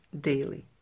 daily